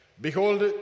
Behold